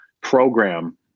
program